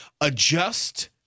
adjust